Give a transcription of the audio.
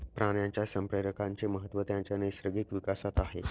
प्राण्यांच्या संप्रेरकांचे महत्त्व त्यांच्या नैसर्गिक विकासात आहे